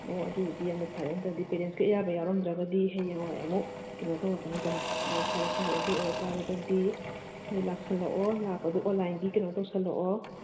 ꯑꯣ ꯑꯗꯨ ꯑꯣꯏꯗꯤ ꯌꯥꯝꯅ ꯐꯔꯦ ꯅꯠꯇ꯭ꯔꯗꯤ ꯄꯦꯔꯦꯟꯁꯀꯤ ꯑꯌꯥꯕ ꯌꯥꯎꯔꯝꯗ꯭ꯔꯒꯗꯤ ꯍꯌꯦꯡꯋꯥꯏ ꯑꯃꯨꯛ ꯀꯩꯅꯣ ꯇꯧꯔꯛꯀꯅꯤꯗꯅ ꯑꯣ ꯐꯔꯦ ꯐꯔꯦ ꯑꯗꯨ ꯑꯣꯏꯇꯔꯒꯗꯤ ꯅꯣꯏ ꯂꯥꯛꯁꯜꯂꯛꯑꯣ ꯂꯥꯛꯄꯗꯣ ꯑꯣꯟꯂꯥꯏꯟꯒꯤ ꯀꯩꯅꯣ ꯇꯧꯁꯜꯂꯛꯑꯣ